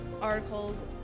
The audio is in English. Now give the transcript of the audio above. articles